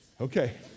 Okay